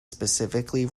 specifically